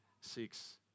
six